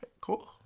cool